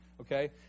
okay